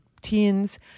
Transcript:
teens